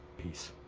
peace.